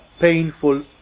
painful